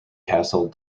castle